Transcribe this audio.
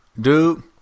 Dude